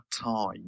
time